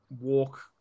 walk